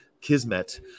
Kismet